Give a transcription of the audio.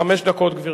חמש דקות, גברתי.